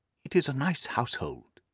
it is a nice household,